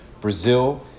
Brazil